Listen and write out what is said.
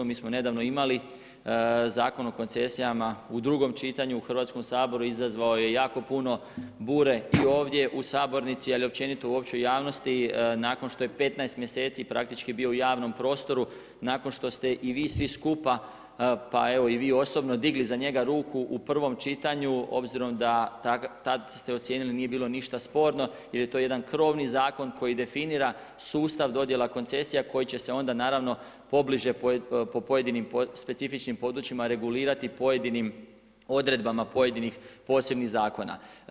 Mi smo nedavno imali Zakon o koncesijama u drugom čitanju u Hrvatskom saboru izazvao je jako puno bure i ovdje u sabornici, ali i općenito u općoj javnosti nakon što je 15 mjeseci praktički bio u javnom prostoru, nakon što ste i vi svi skupa pa evo i vi osobno digli za njega ruku u prvom čitanju obzirom da tad ste ocijenili nije bilo ništa sporno jer je to jedan krovni zakon koji definira sustav dodjela koncesija koji će se onda naravno pobliže po pojedinim specifičnim područjima regulirati pojedinim odredbama pojedinih posebnih zakona.